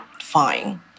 fine